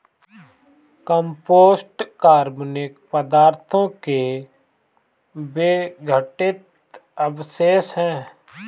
compost कार्बनिक पदार्थों के विघटित अवशेष हैं